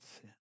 sin